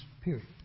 period